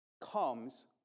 comes